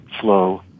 flow